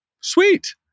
sweet